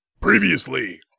Previously